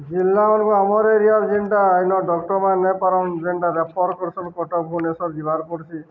ଜିଲ୍ଲାମାନଙ୍କୁ ଆମର ଏରିଆରେ ଯେନ୍ଟା ଆଇନ ଡକ୍ଟରମାନେ ନେପାରନ ଯେନ୍ଟା ରେଫର କରୁସନ୍ୁ କଟକ ବୁନେଶର ଯିବାର୍ କରଡ଼ସି